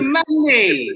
money